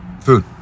food